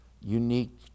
unique